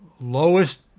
lowest